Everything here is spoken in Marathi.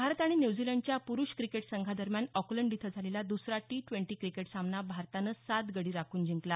भारत आणि न्यूझीलंडच्या पुरुष क्रिकेट संघादरम्यान ऑकलंड इथं झालेला दुसरा टी ट्वेंटी क्रिकेट सामना भारतानं सात गडी राखून जिंकला